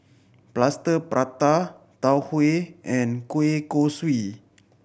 Plaster Prata Tau Huay and kueh kosui